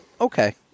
Okay